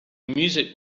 music